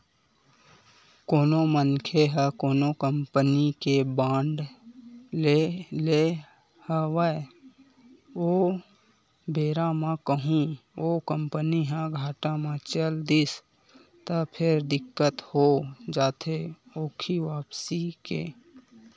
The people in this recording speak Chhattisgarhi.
कोनो मनखे ह कोनो कंपनी के बांड लेय हवय ओ बेरा म कहूँ ओ कंपनी ह घाटा म चल दिस त फेर दिक्कत हो जाथे ओखी वापसी के